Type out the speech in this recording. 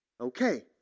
Okay